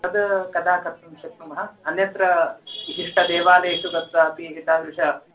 तद् कदा कर्तुं शक्नुमः अन्यत्र विशिष्टं देवालयेषु गत्वापि एतादृशम्